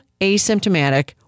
asymptomatic